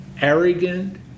Arrogant